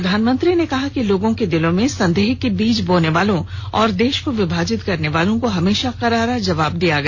प्रधानमंत्री ने कहा कि लोगों के दिलों में संदेह के बीज बोने वालों और देश को विभाजित करने वालों को हमेशा करारा जवाब दिया गया